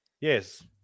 yes